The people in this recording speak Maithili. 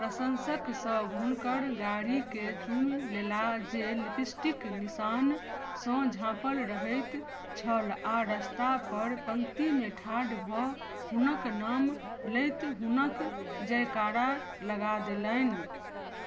प्रशंसक सभ हुनकर गाड़ीके चूमि लेला जे लिपस्टिक निशानसँ झाँपल रहैत छल आ रस्ता पर पंक्तिमे ठाढ़ भऽ हुनक नाम लैत हुनक जयकारा लगा देलनि